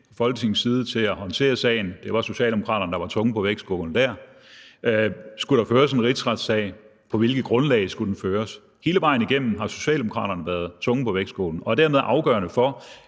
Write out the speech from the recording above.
Folketingets side til at håndtere sagen. Det var Socialdemokraterne, der var tungen på vægtskålen der. Skulle der føres en rigsretssag? På hvilket grundlag skulle den føres? Hele vejen igennem har Socialdemokraterne været tungen på vægtskålen og dermed afgørende for,